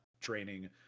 training